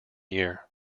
year